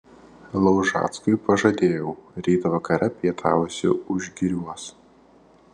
laužackui pažadėjau ryt vakare pietausi užgiriuos